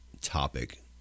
topic